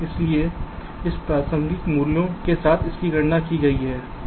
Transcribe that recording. इसलिए इन प्रारंभिक मूल्यों के साथ इनकी गणना की गई है